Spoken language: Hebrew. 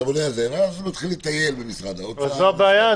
ואז זה מתחיל לטייל במשרד האוצר --- זו הבעיה,